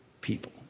people